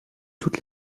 toute